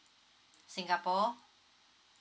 singapore